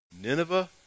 Nineveh